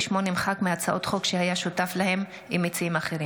ושמו נמחק מהצעות חוק שהיה שותף להן עם מציעים אחרים.